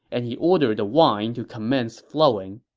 and he ordered the wine to commence flowing.